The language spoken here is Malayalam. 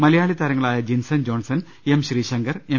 മലയാളി താരങ്ങളായ Jinson Johnson M Sreeshankar M